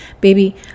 baby